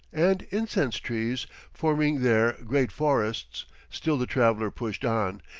and incense-trees forming there great forests still the traveller pushed on,